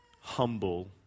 humble